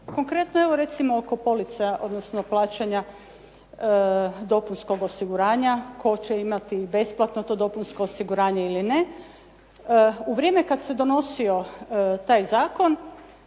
Konkretno evo recimo oko polica, odnosno plaćanja dopunskog osiguranja, tko će imati besplatno to dopunsko osiguranje ili ne. U vrijeme kad se donosio taj zakon